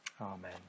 Amen